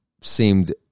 seemed